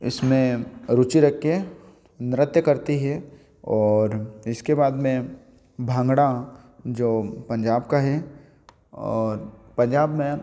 इसमें रुचि रख के नृत्य करती हैं और इसके बाद में भांगड़ा जो पंजाब का है और पंजाब में